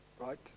right